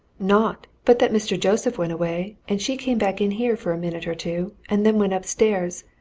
naught but that mr. joseph went away, and she came back in here for a minute or two and then went upstairs.